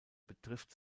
betrifft